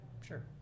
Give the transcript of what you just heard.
Sure